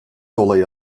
olayı